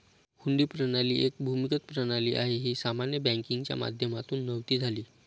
हुंडी प्रणाली एक भूमिगत प्रणाली आहे, ही सामान्य बँकिंगच्या माध्यमातून नव्हती झाली